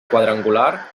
quadrangular